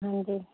ਹਾਂਜੀ